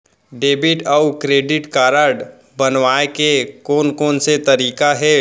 Debit अऊ credit card बनवाए के कोन कोन से तरीका हे?